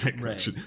Right